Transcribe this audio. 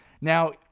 Now